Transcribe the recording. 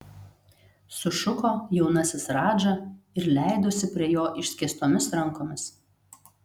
sušuko jaunasis radža ir leidosi prie jo išskėstomis rankomis